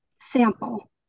sample